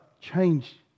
change